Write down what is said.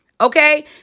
Okay